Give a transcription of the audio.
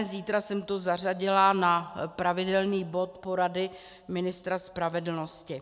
Zítra jsem to zařadila na pravidelný bod porady ministra spravedlnosti.